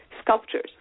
sculptures